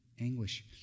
anguish